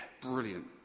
brilliant